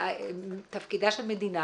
תפקידה של מדינה,